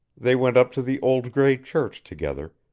they went up to the old gray church together,